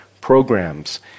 programs